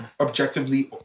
objectively